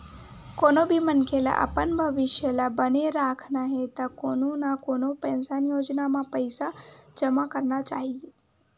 कोनो भी मनखे ल अपन भविस्य ल बने राखना हे त कोनो न कोनो पेंसन योजना म पइसा जमा करना चाही